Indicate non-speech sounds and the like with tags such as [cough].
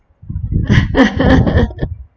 [laughs]